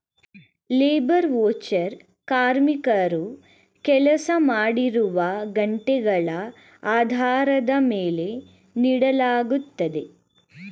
labour voucher ಕಾರ್ಮಿಕರು ಕೆಲಸ ಮಾಡಿರುವ ಗಂಟೆಗಳ ಆಧಾರದ ಮೇಲೆ ನೀಡಲಾಗುತ್ತದೆ